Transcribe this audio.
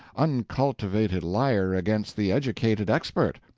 uncultivated liar against the educated expert?